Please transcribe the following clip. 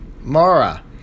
Mara